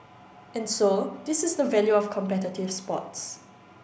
and so this is the value of competitive sports